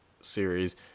series